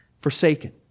forsaken